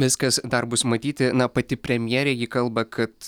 viskas dar bus matyti na pati premjerė ji kalba kad